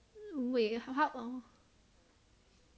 wait how how